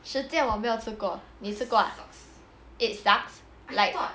Shi Jian 我没有吃过你有吃过 ah